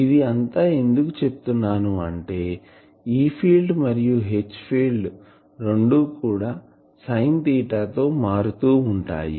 ఇది అంతా ఎందుకు చెప్తున్నాను అంటే E ఫీల్డ్ మరియు H ఫీల్డ్ రెండు కూడా సైన్ తీటా తో మారుతూ ఉంటాయి